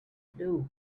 blue